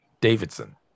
Davidson